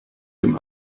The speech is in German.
dem